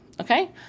okay